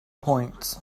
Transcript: points